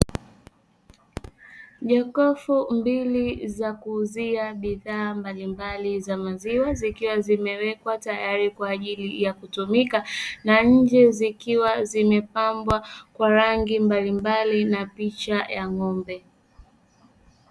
Jokofu mbili za kuzuia bidhaa mbalimbali za maziwa zikiwa zimewekwa tayari kwa ajili ya kutumika na nje zikiwa zimepambwa kwa rangi mbalimbali na picha ya ng'ombe.